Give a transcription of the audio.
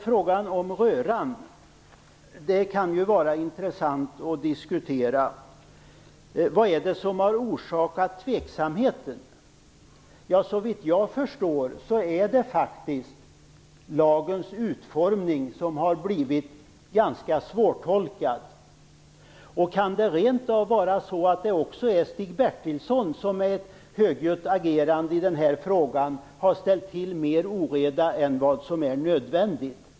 Frågan om röra kan vara intressant att diskutera. Vad är det som har orsakat tveksamheten? Såvitt jag förstår är det faktiskt lagens utformning som har blivit ganska svårtolkad. Kan det rentav vara Stig Bertilsson som med sitt högljudda agerande i den här frågan har ställt till mer oreda än vad som är nödvändigt?